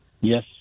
Yes